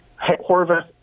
Horvath